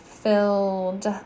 filled